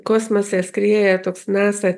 kosmose skrieja toks nasa